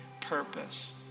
purpose